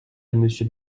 monsieur